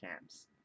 camps